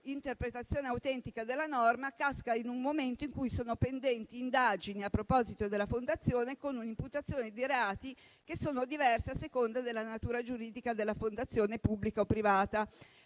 interpretazione autentica della norma casca in un momento in cui sono pendenti indagini a proposito della Fondazione con un'imputazione di reati diversi a seconda della natura giuridica della fondazione pubblica o privata.